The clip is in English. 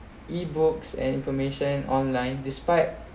ebooks and information online despite